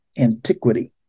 antiquity